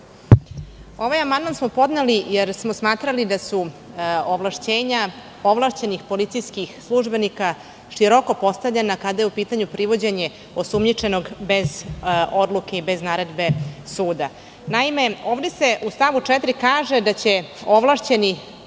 Ovaj amandman smo podneli jer smo smatrali da su ovlašćenja ovlašćenih policijskih službenika široko postavljena kada je u pitanju privođenje osumnjičenog bez odluke i bez naredbe suda. Ovde se u stavu 4 kaže da će ovlašćeni